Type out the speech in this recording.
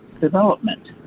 development